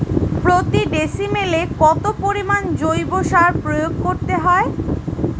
প্রতি ডিসিমেলে কত পরিমাণ জৈব সার প্রয়োগ করতে হয়?